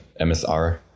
MSR